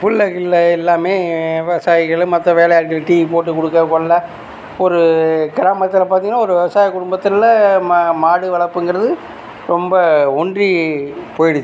புள்ளகிள்ளை எல்லாம் விவசாயிகளும் மற்ற வேலை ஆட்களுக்கு டீ போட்டு கொடுக்க கொள்ள ஒரு கிராமத்தில் பார்த்தீங்கன்னா ஒரு விவசாயக் குடும்பத்தில் மா மாடு வளர்ப்புங்கிறது ரொம்ப ஒன்றி போயிடுச்சு